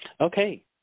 okay